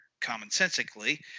commonsensically